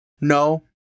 No